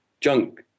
junk